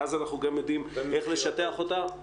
ואז אנחנו גם יודעים איך לשטח אותה.